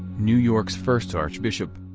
new york's first archbishop.